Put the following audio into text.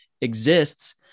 exists